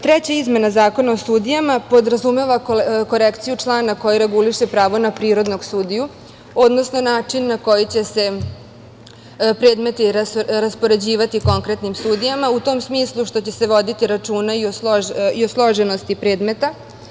Treća izmena Zakona o sudijama podrazumeva korekciju člana koji reguliše pravo na prirodnog sudiju, odnosno način na koji će se predmeti raspoređivati konkretnim sudijama, u tom smislu što će se voditi računa i o složenosti predmeta.